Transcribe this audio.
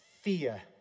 fear